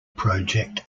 project